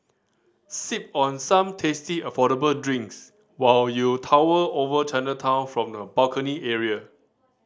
sip on some tasty affordable drinks while you tower over Chinatown from the balcony area